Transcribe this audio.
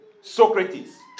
Socrates